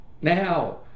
Now